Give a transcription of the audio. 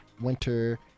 winter